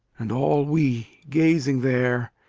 and all we, gazing there,